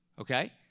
okay